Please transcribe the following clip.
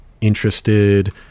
interested